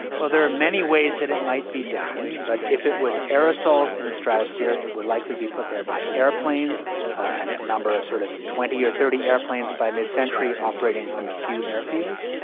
well, there are many ways that it might be done. but if it was aerosols in the stratosphere, it would, likely, be put there by airplanes and a number of, sort of, twenty or thirty airplanes, by midcentury operating from a few airfields.